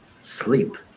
sleep